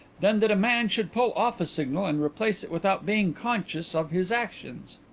than that a man should pull off a signal and replace it without being conscious of his actions.